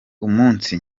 umunsi